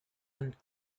and